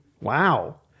Wow